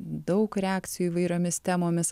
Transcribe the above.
daug reakcijų įvairiomis temomis